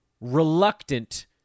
reluctant